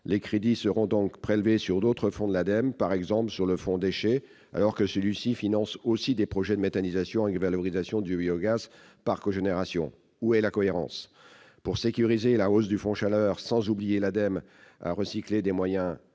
Les crédits seront donc prélevés sur d'autres fonds de l'Agence, par exemple sur le Fonds déchets, alors que celui-ci finance aussi des projets de méthanisation et de valorisation du biogaz par cogénération. Où est la cohérence ? Pour sécuriser la hausse du Fonds chaleur sans obliger l'ADEME à recycler des moyens existants,